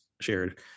shared